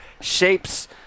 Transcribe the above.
shapes